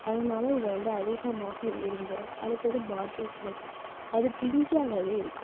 அதனால் இதை வந்து அதிகமாக விரும்புவாங்க அடுத்தது பாட்டில் சுரைக்காய் அது பிஞ்சாகவே இருக்கும்